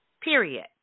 period